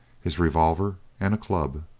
his revolver, and a club.